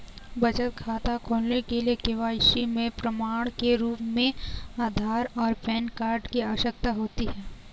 बचत खाता खोलने के लिए के.वाई.सी के प्रमाण के रूप में आधार और पैन कार्ड की आवश्यकता होती है